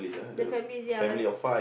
the families ya s~